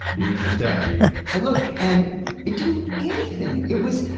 here's your statue. i look and it didn't look anything, it was,